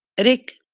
rick.